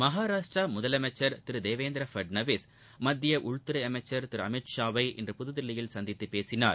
மகாராஷ்டிர முதலமைச்சர் திரு தேவேந்திர பட்னாவிஸ் மத்திய உள்துறை அமைச்சர் திரு அமித் ஷாவை இன்று புதுதில்லியில் சந்தித்துப் பேசினார்